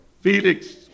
Felix